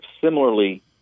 similarly